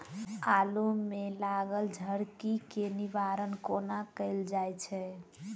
आलु मे लागल झरकी केँ निवारण कोना कैल जाय छै?